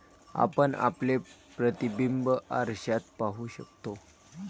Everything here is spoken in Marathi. आपण आपले प्रतिबिंब आरशात पाहू शकतो